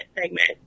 segment